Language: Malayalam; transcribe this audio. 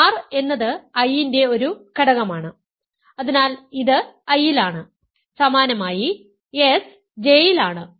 r എന്നത് I ന്റെ ഒരു ഘടകമാണ് അതിനാൽ ഇത് I ലാണ് സമാനമായി s J യിൽ ആണ്